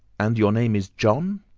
and your name is john?